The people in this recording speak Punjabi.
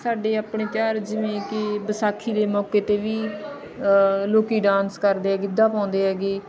ਸਾਡੇ ਆਪਣੇ ਤਿਉਹਾਰ ਜਿਵੇਂ ਕਿ ਵਿਸਾਖੀ ਦੇ ਮੌਕੇ 'ਤੇ ਵੀ ਲੋਕ ਡਾਂਸ ਕਰਦੇ ਗਿੱਧਾ ਪਾਉਂਦੇ ਹੈਗੇ